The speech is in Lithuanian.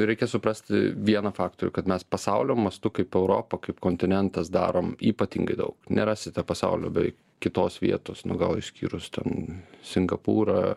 reikia suprasti vieną faktorių kad mes pasaulio mastu kaip europa kaip kontinentas darom ypatingai daug nerasite pasaulio beveik kitos vietos nu gal išskyrus ten singapūrą